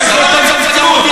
יכול כחבר כנסת להציע.